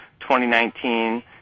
2019